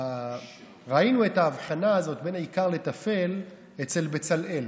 ראינו את ההבחנה הזאת בין עיקר לטפל אצל בצלאל.